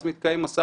אז מתנהל מו"מ.